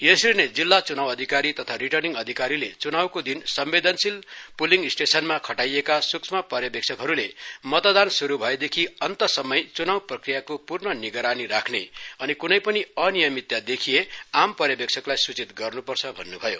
यसरी नै जिल्ला च्नाव अधिकारी तथा रिर्टनिङ अधिकारीले च्नावको दिन संवेदनशील प्लिगं स्टेशनमा खटाइएका सुक्ष्म पर्यवेक्ष्हरूले मतदान शुरू भएदेखि अन्तसम्मै चुनाव प्रक्रियाको पूर्ण निगरानी राख्ने अनि कुनै पनि अनियमितता देखिए आम पर्यवेक्षकलाई सूचित गर्न्पर्छ भन्न्भयो